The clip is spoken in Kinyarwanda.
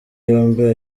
yombi